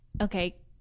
Okay